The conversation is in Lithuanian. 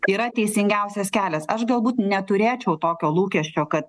yra teisingiausias kelias aš galbūt neturėčiau tokio lūkesčio kad